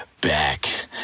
back